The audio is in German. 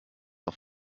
auf